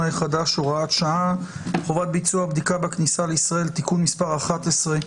החדש (הוראת שעה) (חובת ביצוע בדיקה בכניסה לישראל) (תיקון מס' 11),